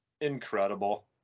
Incredible